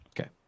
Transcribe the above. Okay